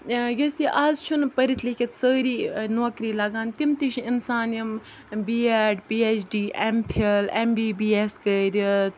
یُس یہِ اَز چھُنہٕ پٔرِتھ لیٖکھِتھ سٲری نوکری لَگان تِم تہِ چھِ اِنسان یِم B Ed P H D M Phil M B B S کٔرِتھ